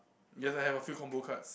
you also have a few combo cards